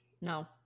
No